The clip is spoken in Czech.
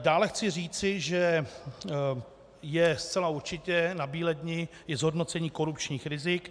Dále chci říci, že je zcela určitě nabíledni i zhodnocení korupčních rizik.